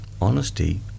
Honesty